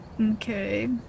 okay